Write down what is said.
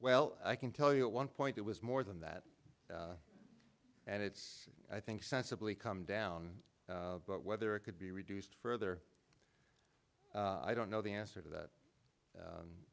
well i can tell you at one point it was more than that and it's i think sensibly come down but whether it could be reduced further i don't know the answer to that